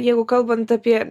jeigu kalbant apie